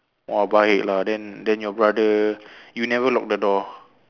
!wah! baik lah then then your brother you never lock the door